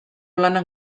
lanak